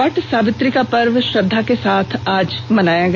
what Savitri का पर्व श्रद्धा के साथ आज मनाया गया